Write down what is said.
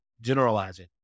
generalizing